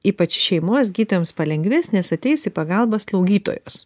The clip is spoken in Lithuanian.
ypač šeimos gydytojams palengvės nes ateis į pagalbą slaugytojos